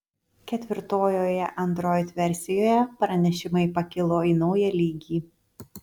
ketvirtojoje android versijoje pranešimai pakilo į naują lygį